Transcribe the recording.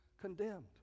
Condemned